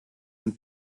and